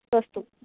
अस्तु